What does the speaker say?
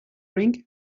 ring